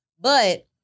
But-